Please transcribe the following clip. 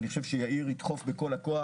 אני חושב שיאיר גולן ידחוף בכל הכוח